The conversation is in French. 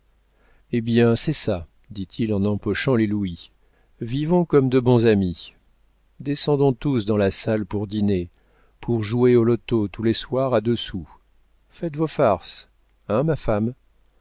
eh bien c'est ça dit-il en empochant les louis vivons comme de bons amis descendons tous dans la salle pour dîner pour jouer au loto tous les soirs à deux sous faites vos farces hein ma femme